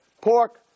pork